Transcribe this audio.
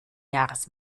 jahres